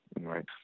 Right